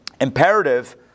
imperative